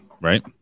right